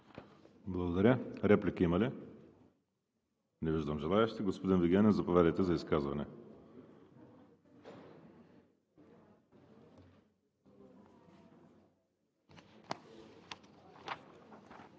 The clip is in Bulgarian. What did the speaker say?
Благодаря. Реплики има ли? Не виждам желаещи. Господин Вигенин, заповядайте за изказване.